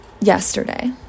yesterday